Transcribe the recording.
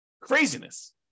Craziness